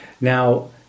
now